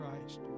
christ